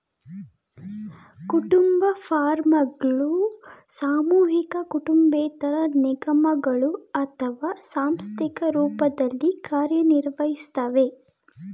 ಕುಟುಂಬ ಫಾರ್ಮ್ಗಳು ಸಾಮೂಹಿಕ ಕುಟುಂಬೇತರ ನಿಗಮಗಳು ಅಥವಾ ಸಾಂಸ್ಥಿಕ ರೂಪದಲ್ಲಿ ಕಾರ್ಯನಿರ್ವಹಿಸ್ತವೆ